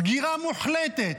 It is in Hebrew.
סגירה מוחלטת,